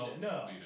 No